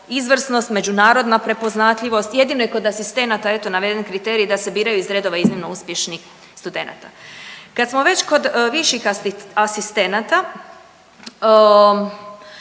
izvrsnost, međunarodna prepoznatljivost, jedino je kod asistenata, eto, naveden kriterij da se biraju iz redova iznimno uspješnih studenata. Kad smo već kod viših asistenata,